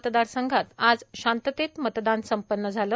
मतदारसंघात आज शांततेत मतदान संपन्न झालं